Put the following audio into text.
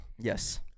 Yes